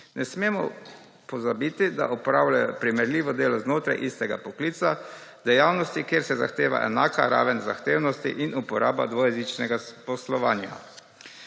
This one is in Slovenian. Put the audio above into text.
Ne smemo pozabiti, da opravljajo primerljivo delo znotraj istega poklica, dejavnosti, kjer se zahteva enaka raven zahtevnosti in uporaba dvojezičnega poslovanja.